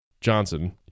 johnson